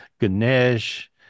Ganesh